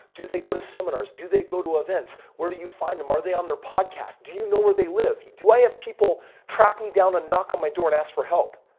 do they go to seminars? do they go to events? where do you find them? are they on their podcast? do you know where they live? do i have people track me down a knock on my door and ask for help?